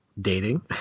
dating